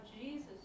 Jesus